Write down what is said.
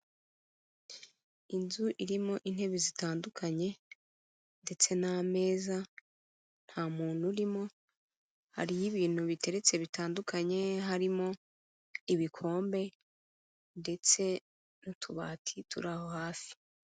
Inzu irimo intebe zitandukanye ndetse n'ameza, nta muntu urimo, hariyo ibintu biteretse bitandukanye harimo; ibikombe ndetse n'utubati turi aho hafi.